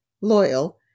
loyal